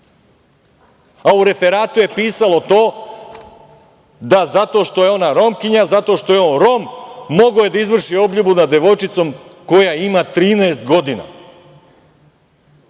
U referatu je pisalo to da zato što je ona Romkinja, da zato što je on Rom, mogao je da izvrši obljubu nad devojčicom koja ima 13 godina.